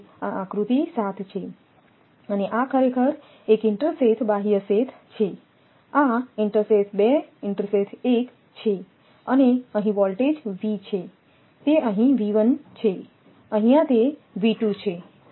તેથી આ આકૃતિ 7 છે અને આ ખરેખર એક ઇન્ટરસેથ બાહ્ય સેથ છે આ ઇન્ટરસેથ2 ઇન્ટરસેથ 1 છે અને અહીં વોલ્ટેજ V છે તે અહીં છે અહિયાં તે છે